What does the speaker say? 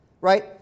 right